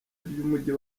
by’umujyi